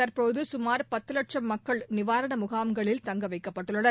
தற்போது சுமார் பத்து லட்சும் மக்கள் நிவாரண முகாம்களில் தங்க வைக்கப்பட்டுள்ளனர்